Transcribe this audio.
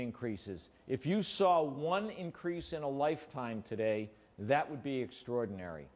increases if you saw one increase in a lifetime today that would be extraordinary